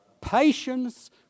Patience